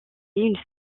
une